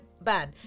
bad